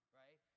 right